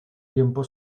tiempo